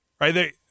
right